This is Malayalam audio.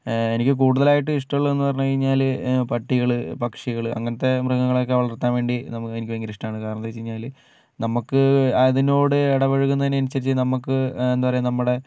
എനിക്ക് കൂടുതലായിട്ട് ഇഷ്ടമുള്ളത് എന്ന് പറഞ്ഞു കഴിഞ്ഞാൽ പട്ടികൾ പക്ഷികൾ അങ്ങനത്തെ മൃഗങ്ങളെ ഒക്കെ വളർത്താൻ വേണ്ടി എനിക്ക് ഭയങ്കര ഇഷ്ടമാണ് കാരണം എന്താന്ന് വെച്ച് കഴിഞ്ഞാൽ നമുക്ക് അതിനോട് ഇടപഴകുന്നതിന് അനുസരിച്ച് നമുക്ക് എന്താ പറയുക നമ്മുടെ